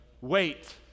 wait